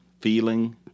feeling